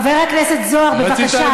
בבקשה,